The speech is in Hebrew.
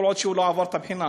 כל עוד הוא לא עבר את הבחינה.